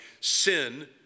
sin